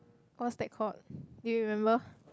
what's that called do you remember